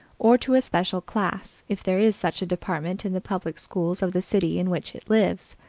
or to a special class, if there is such a department in the public schools of the city in which it lives.